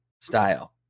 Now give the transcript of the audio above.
style